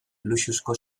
luxuzko